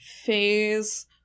Phase